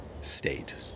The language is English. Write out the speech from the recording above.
state